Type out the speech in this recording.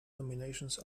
nominations